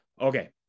Okay